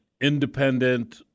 independent